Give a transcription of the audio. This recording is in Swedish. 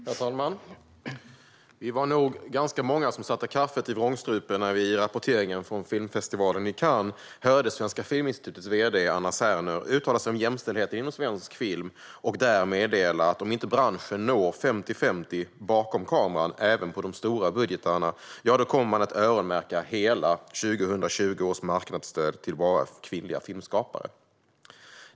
Herr talman! Vi var nog många som satte kaffet i vrångstrupen när vi i rapporteringen från filmfestivalen i Cannes hörde Svenska Filminstitutets VD Anna Serner uttala sig om jämställdheten inom svensk film och där meddela att om inte branschen når 50-50 bakom kameran även för de stora budgetarna kommer hela 2020 års marknadsstöd att öronmärkas endast för kvinnliga filmskapare.